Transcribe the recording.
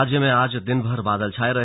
राज्य में आज दिन भर बादल छाए रहे